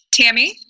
Tammy